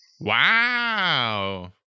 Wow